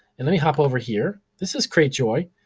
and let me hop over here. this is cratejoy,